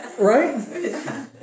Right